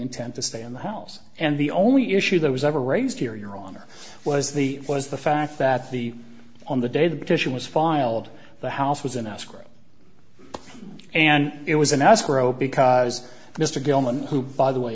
intent to stay in the house and the only issue that was ever raised here your honor was the was the fact that the on the day the petition was filed the house was in escrow and it was in escrow because mr gilman who by the way